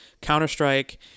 Counter-Strike